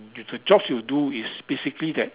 the the jobs you do is basically that